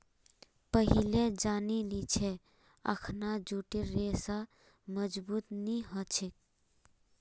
पहिलेल जानिह छिले अखना जूटेर रेशा मजबूत नी ह छेक